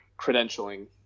credentialing